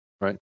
Right